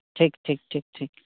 ᱴᱷᱤᱠ ᱴᱷᱤᱠ ᱴᱷᱤᱠ ᱴᱷᱤᱠ